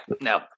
no